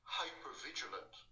hyper-vigilant